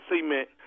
cement